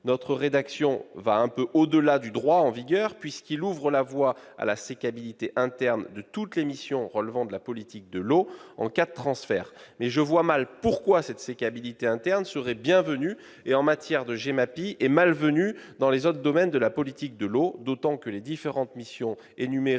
commission va un peu au-delà du droit en vigueur : elle ouvre la voie, en cas de transfert, à la sécabilité interne de toutes les missions relevant de la politique de l'eau. Je vois mal pourquoi cette sécabilité interne serait bienvenue en matière de GEMAPI et malvenue dans les autres domaines de la politique de l'eau, d'autant que les différentes missions énumérées